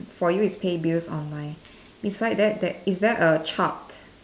for you is pay bills online beside that is there a chart